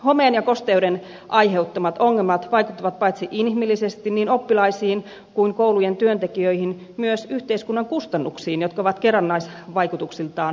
homeen ja kosteuden aiheuttamat ongelmat vaikuttavat paitsi inhimillisesti niin oppilaisiin kuin koulujen työntekijöihinkin myös yhteiskunnan kustannuksiin jotka ovat kerrannaisvaikutuksiltaan valtavat